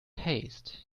haste